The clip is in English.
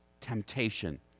temptation